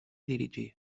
dirigí